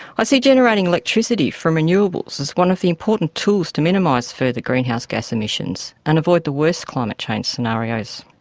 i see generating electricity from renewables as one of the important tools to minimise further greenhouse gas emissions and avoid the worst climate change scenarios.